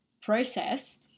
process